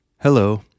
Hello